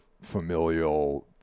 familial